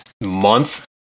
month